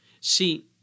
See